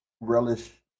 relish